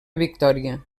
victòria